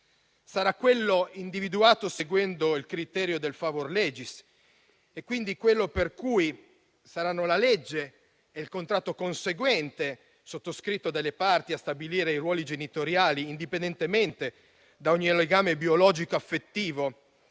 Sarà quello individuato seguendo il criterio del *favor legis,* quindi quello per cui saranno la legge e il contratto conseguente, sottoscritto dalle parti, a stabilire i ruoli genitoriali, indipendentemente da ogni legame biologico affettivo